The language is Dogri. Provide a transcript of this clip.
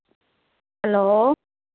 हैल्लो